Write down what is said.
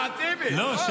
שני חברי כנסת, לא שתי.